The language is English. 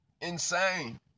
insane